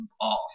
off